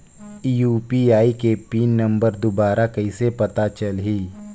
UPI के pin number दुबारा कइसे पता चलही?